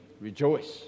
Rejoice